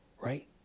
right